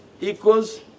equals